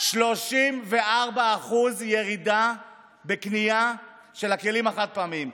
34% ירידה בקנייה של הכלים החד-פעמיים.